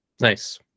Nice